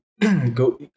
go